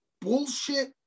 bullshit